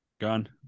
Gun